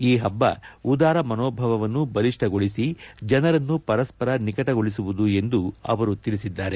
ಈ ಹಬ್ಬ ಉದಾರ ಮನೋಭಾವವನ್ನು ಬಲಿಷ್ಠಗೊಳಿಸಿ ಜನರನ್ನು ಪರಸ್ವರ ನಿಕಟಗೊಳಿಸುವುದು ಎಂದು ಅವರು ತಿಳಿಸಿದ್ದಾರೆ